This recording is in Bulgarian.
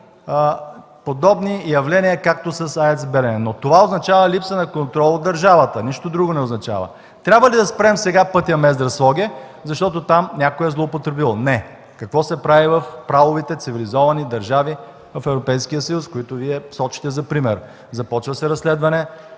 подобни явления както с АЕЦ „Белене”. Това означава липса на контрол от държавата, нищо друго не означава. Трябва ли да спрем сега пътят Мездра – Своге, защото там някой е злоупотребил? Не. Какво се прави в правовите, цивилизованите държави от Европейския съюз, които Вие сочите за пример? Започва се разследване,